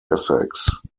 essex